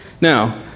Now